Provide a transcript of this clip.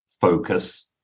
focus